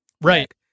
Right